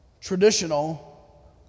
Traditional